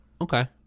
Okay